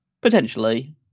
Potentially